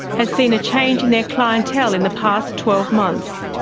has seen a change in their clientele in the past twelve months.